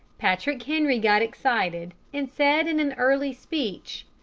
patrick henry got excited, and said in an early speech,